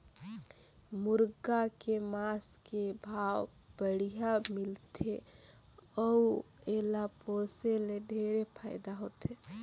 मुरगा के मांस के भाव बड़िहा मिलथे अउ एला पोसे ले ढेरे फायदा होथे